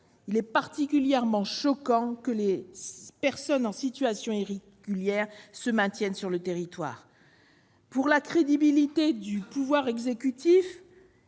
Il est particulièrement choquant que des personnes en situation irrégulière se maintiennent sur le territoire. Pourtant, la crédibilité du pouvoir exécutif